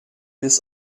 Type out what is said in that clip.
bis